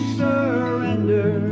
surrender